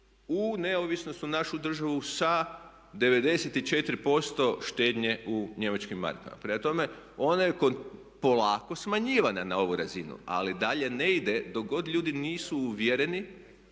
u neovisnost u našu državu sa 94% štednje u njemačkim markama. Prema tome, ona je polako smanjivana na ovu razinu. Ali dalje ne ide dok god ljudi nisu uvjereni